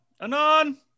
Anon